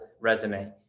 resume